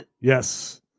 Yes